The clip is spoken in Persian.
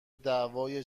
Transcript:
دعاوی